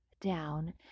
down